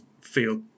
feel